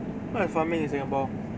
what is farming in singapore